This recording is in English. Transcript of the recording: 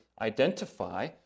identify